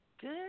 Good